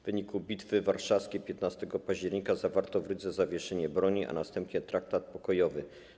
W wyniku bitwy warszawskiej 15 października zawarto w Rydze zawieszenie broni, a następnie traktat pokojowy.